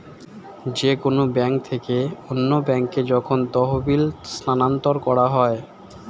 যে কোন ব্যাংক থেকে অন্য ব্যাংকে যখন তহবিল স্থানান্তর করা হয়